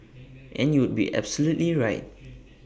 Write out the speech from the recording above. and you would be absolutely right